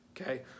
okay